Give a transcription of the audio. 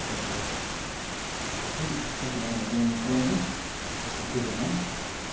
सावथुनफोरखौ नायनानै जोङो मा खालामो गावखौ गोजोननाय लायो